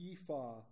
ephah